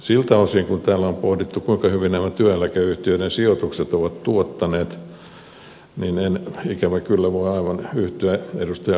siltä osin kuin täällä on pohdittu kuinka hyvin nämä työeläkeyhtiöiden sijoitukset ovat tuottaneet en ikävä kyllä voi aivan yhtyä edustaja virtaseen